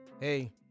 hey